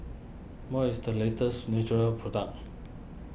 what is the latest Nutren product